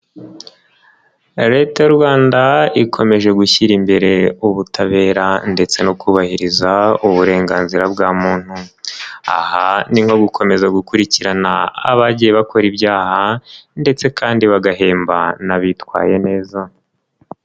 Leta y'u Rwanda ikomeje gushyira imbere ubutabera ndetse no kubahiriza uburenganzira bwa muntu. Aha ni nko gukomeza gukurikirana abagiye bakora ibyaha ndetse kandi bagahemba n'abitwaye neza.